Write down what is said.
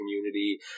community